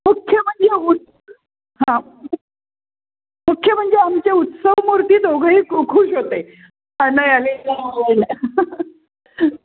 मुख्य म्हणजे उत् हां मुख्य म्हणजे आमचे उत्सवमूर्ती दोघेही खूश होते अनय आणि लावण्या